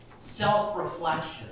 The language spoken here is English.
Self-reflection